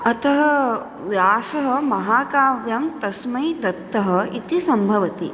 अतः व्यासः महाकाव्यं तस्मै दत्तः इति सम्भवति